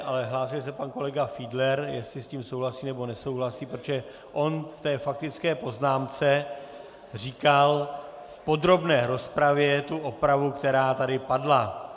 Ale hlásil se pan kolega Fiedler, jestli s tím souhlasí, nebo nesouhlasí, protože on v té faktické poznámce říkal v podrobné rozpravě tu opravu, která tady padla.